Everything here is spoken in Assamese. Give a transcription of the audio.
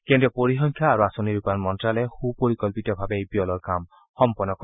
কেন্দ্ৰীয় পৰিসংখ্যা আৰু আঁচনি ৰূপায়ণ মন্ত্ৰালয়ে সুপৰিকল্পিতভাৱে এই পিয়লৰ কাম সম্পন্ন কৰিব